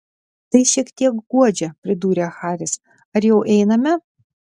tai šiek tiek guodžia pridūrė haris ar jau einame